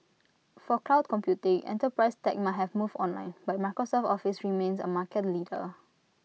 for cloud computing enterprise tech might have moved online but Microsoft's office remains A market leader